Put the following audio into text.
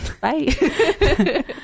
Bye